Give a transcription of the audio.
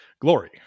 Glory